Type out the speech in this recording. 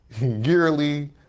yearly